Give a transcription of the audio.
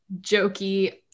jokey